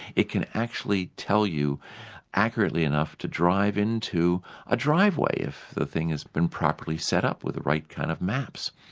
it can actually tell you accurately enough to drive into a driveway, if the thing has been properly set up with the right kind of maps.